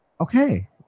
okay